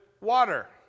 water